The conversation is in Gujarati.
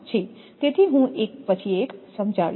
તેથી હું એક પછી એક સમજાવીશ